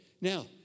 Now